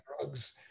drugs